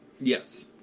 Yes